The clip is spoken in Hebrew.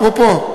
אפרופו,